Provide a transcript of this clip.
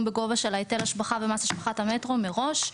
בגובה של היטל השבחה ומס השבחת המטרו מראש.